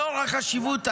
לאור החשיבות,